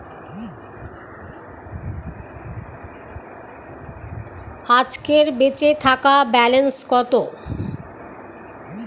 আজকের বেচে থাকা ব্যালেন্স কত?